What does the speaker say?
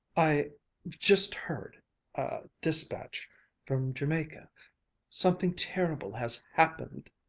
i've just heard a despatch from jamiaca something terrible has happened.